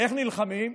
ואיך נלחמים?